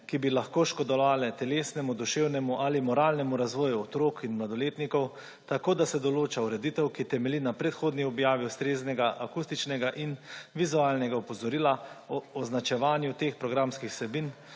ki bi lahko škodovale telesnemu, duševnemu ali moralnemu razvoju otrok in mladoletnikov, tako, da se določa ureditev, ki temelji na predhodni objavi ustreznega akustičnega in vizualnega opozorila o označevanju teh programskih vsebin